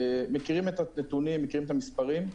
מכירים את הנתונים, מכירים את המספרים.